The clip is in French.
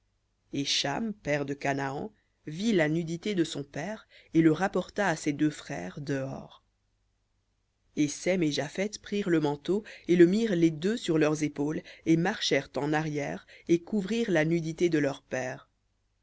et cham père de canaan vit la nudité de son père et le rapporta à ses deux frères dehors et sem et japheth prirent le manteau et le mirent les deux sur leurs épaules et marchèrent en arrière et couvrirent la nudité de leur père